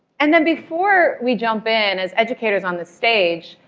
and then before we jump in, as educators on the stage,